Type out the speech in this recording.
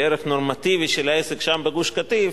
ערך נורמטיבי של העסק שם בגוש-קטיף,